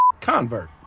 convert